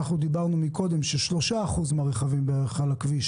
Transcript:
דיברנו מקודם ש-3% מהרכבים על הכביש